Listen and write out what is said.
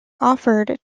offered